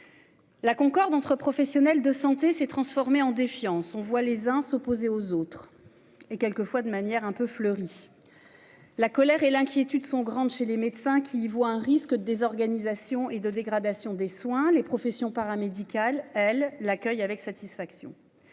La Concorde entre professionnels de santé s'est transformée en défiance. On voit les uns s'opposer aux autres et quelquefois de manière un peu fleuri. La colère et l'inquiétude sont grandes chez les médecins qui y voient un risque de désorganisation et de dégradation des soins les professions paramédicales, elle l'accueille avec satisfaction.